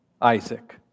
Isaac